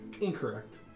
Incorrect